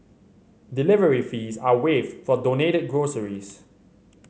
delivery fees are waived for donated groceries